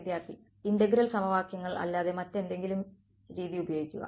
വിദ്യാർത്ഥി ഇന്റഗ്രൽ സമവാക്യങ്ങൾ അല്ലാതെ മറ്റേതെങ്കിലും രീതി ഉപയോഗിക്കുക